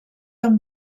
amb